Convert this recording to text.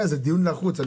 זה דיון לחוץ.